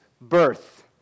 birth